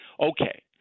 Okay